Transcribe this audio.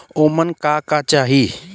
ओमन का का चाही?